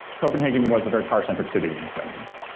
copenhagen was a very car-centric city in the seventy s,